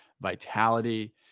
vitality